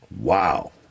Wow